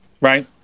right